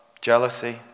Jealousy